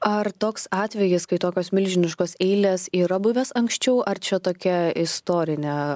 ar toks atvejis kai tokios milžiniškos eilės yra buvęs anksčiau ar čia tokia istorinė